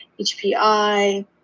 HPI